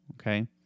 okay